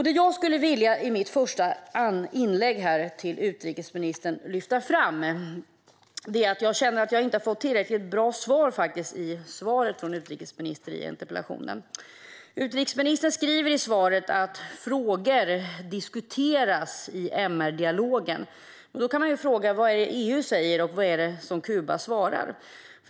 Det jag skulle vilja lyfta fram i mitt första inlägg är att jag känner att jag inte har fått tillräckligt bra svar på min interpellation från utrikesministern. Utrikesministern säger i sitt svar att frågor diskuteras i MR-dialogen. Då kan man undra vad EU säger och vad Kuba svarar.